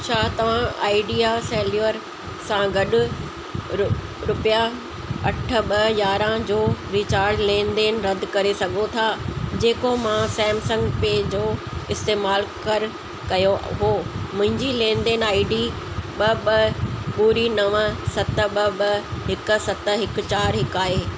छा तव्हां Idea cellular सां गॾु रु रुपिया अठ ॿ यारहं जो विचार लेन देन रदि करे सघो था जेको मां सैमसंग पे जो इस्तेमालु कर कयो हो मुंहिंजी लेन देन आई डी ॿ ॿ ॿुड़ी नव सत ॿ ॿ हिकु सत हिकु चारि हिकु आहे